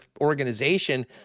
organization